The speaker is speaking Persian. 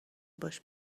باش